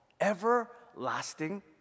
Everlasting